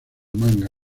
manga